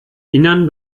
innern